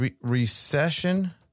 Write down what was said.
recession